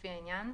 לפי העניין,